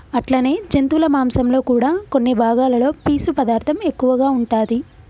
అట్లనే జంతువుల మాంసంలో కూడా కొన్ని భాగాలలో పీసు పదార్థం ఎక్కువగా ఉంటాది